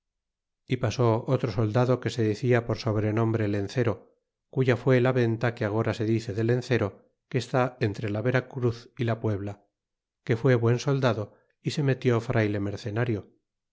e pasó otro soldado que se decia por sobrenombre lencero cuya fue la venta que agora se dice de lencero que está entre la vera cruz é la puebla que fué buen soldado y se metió frayle mercenario